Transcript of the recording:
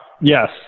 yes